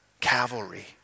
cavalry